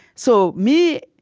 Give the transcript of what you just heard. so me,